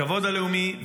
לכבוד הלאומי,